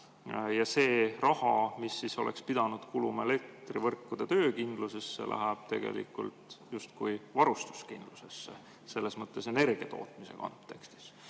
ja see raha, mis siis oleks pidanud kuluma elektrivõrkude töökindlusesse, läheb tegelikult justkui varustuskindlusesse, selles mõttes energiatootmise kontekstis.